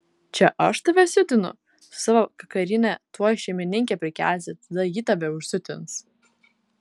čia aš tave siutinu su savo kakarine tuoj šeimininkę prikelsi tada ji tave užsiutins